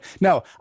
No